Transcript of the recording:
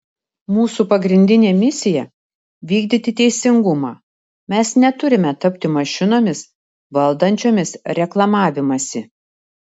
mūsų pagrindinė misija vykdyti teisingumą mes neturime tapti mašinomis valdančiomis reklamavimąsi